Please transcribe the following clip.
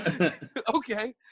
okay